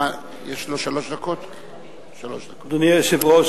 אדוני היושב-ראש,